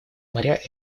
моря